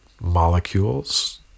molecules